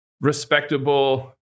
respectable